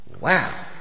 Wow